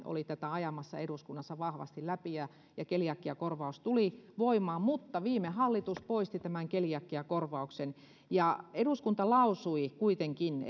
oli tätä ajamassa eduskunnassa vahvasti läpi ja ja keliakiakorvaus tuli voimaan mutta viime hallitus poisti tämän keliakiakorvauksen eduskunta lausui kuitenkin